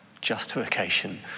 justification